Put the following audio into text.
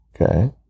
Okay